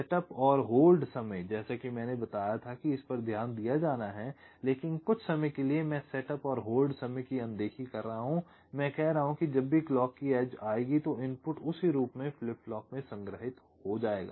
setup और hold समय जैसा कि मैंने बताया था कि इस पर ध्यान दिया जाना है लेकिन कुछ समय के लिए मैं सेटअप और होल्ड समय की अनदेखी कर रहा हूं मैं कह रहा हूं कि जब भी क्लॉक की एज आएगी वो इनपुट उसी रूप में फ्लिप फ्लॉप में संग्रहित हो जायेगा